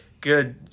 good